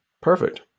perfect